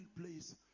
place